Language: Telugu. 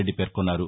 రెడ్డి పేర్కొన్నారు